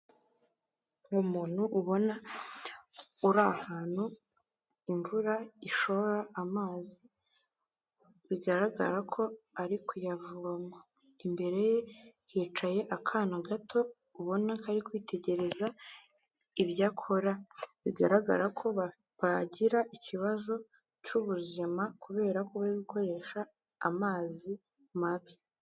Umuntu ubona uri ahantu imvura ishora amazi bigaragara ko ari kuyavoma imbere ye yicaye akana gato ubona kari kwitegereza ibyo akora bigaragara ko batagira ikibazo cy'ubuzima kubera gukoresha amazi mabi.